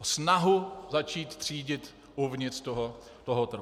Snahu začít třídit uvnitř toho trhu.